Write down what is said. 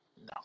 No